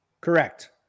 Correct